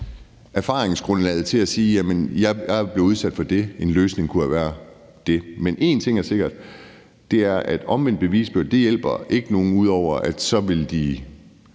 erfaringsgrundlaget til at sige: Jamen jeg blev udsat for det, og en løsning kunne have været dét. Én ting er sikkert, og det er, at omvendt bevisbyrde ikke hjælper nogen, ud over at de så vil finde